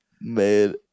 man